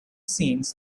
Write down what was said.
scenes